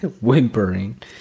Whimpering